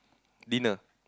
dinner